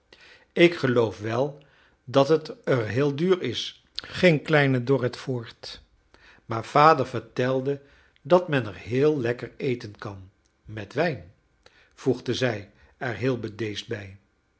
ik geloof wel dat er heel duur is ging kleine dorrit voort maar vader vertelde dat men er heel lekker eten kan met wijn voegde zij er heel bedeesd bij